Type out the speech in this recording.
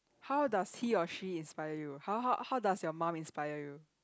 how does he or she inspire you how how how does your mum inspire you